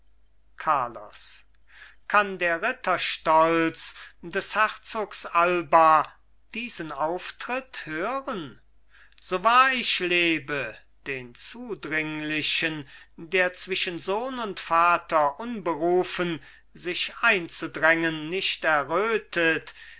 carlos kann der ritterstolz des herzogs alba diesen auftritt hören so wahr ich lebe den zudringlichen der zwischen sohn und vater unberufen sich einzudrängen nicht errötet